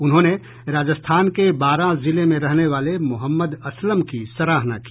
उन्होंने राजस्थान के बारां जिले में रहने वाले मोहम्मद असलम की सराहना की